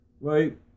right